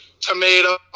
tomato